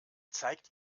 zeigt